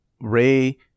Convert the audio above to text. Ray